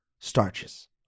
Starches